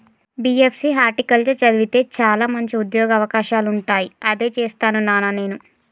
BSc horticulture చదివితే చాల మంచి ఉంద్యోగ అవకాశాలుంటాయి అదే చేస్తాను నానా నేను